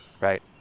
right